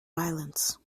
violence